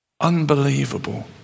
Unbelievable